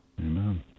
Amen